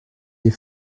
des